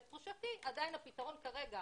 לתחושתי, עדיין הפתרון כרגע